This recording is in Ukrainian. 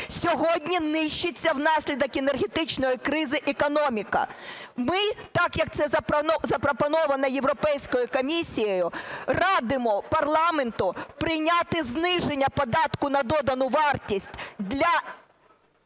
сьогодні нищиться внаслідок енергетичної кризи економіка. Ми, так, як це запропоновано Європейською комісією, радимо парламенту прийняти зниження податку на додану вартість для